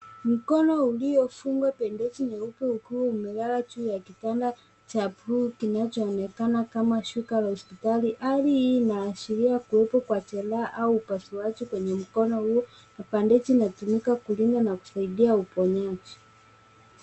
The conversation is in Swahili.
Mkono uliofungwa bandeji nyeupe ukiwa umelala juu ya kitanda cha buluu kinachoonekana kama shuka la hospitali. Hali hii inashiria kuwepo kwa jeraha au upasuaji kwenye mkono huo na bandeji inatumika kulinda na kusaidia uponyaji.